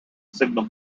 signal